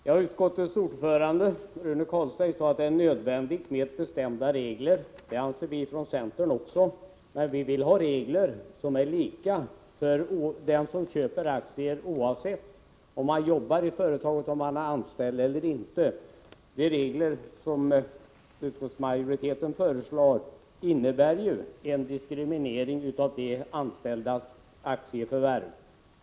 Herr talman! Utskottets ordförande Rune Carlstein sade att det är nödvändigt med bestämda regler. Det anser vi också i centern, men vi vill att reglerna skall vara lika för alla som köper aktier, oavsett om de är anställda i företaget eller inte. De regler som utskottsmajoriteten föreslår innebär en diskriminering av de anställda vid aktieförvärv.